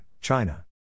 China